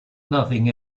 nothing